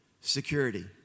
security